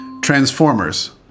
Transformers